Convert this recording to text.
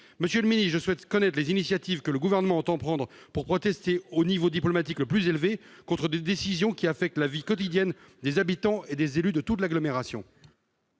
Monsieur le ministre, je souhaite connaître les initiatives que le Gouvernement entend prendre pour protester au niveau diplomatique le plus élevé contre des décisions qui affectent la vie quotidienne des habitants et des élus de toute l'agglomération.